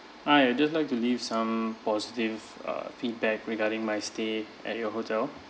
hi I just like to leave some positive uh feedback regarding my stay at your hotel